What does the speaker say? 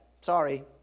Sorry